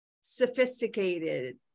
sophisticated